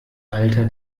alter